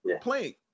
playing